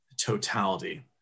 totality